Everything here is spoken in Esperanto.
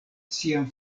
sian